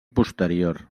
posterior